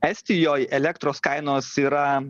estijoje elektros kainos yra